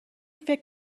فکر